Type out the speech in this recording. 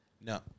No